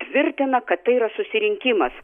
tvirtina kad tai yra susirinkimas